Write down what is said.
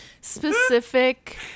specific